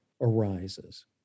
arises